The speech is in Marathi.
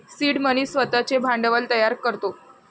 सीड मनी स्वतःचे भांडवल तयार करतो